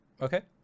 Okay